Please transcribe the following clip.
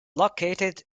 located